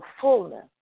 fullness